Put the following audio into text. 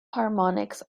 harmonics